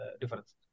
difference